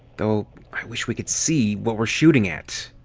though i wish we could see what we're shooting at.